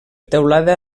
teulada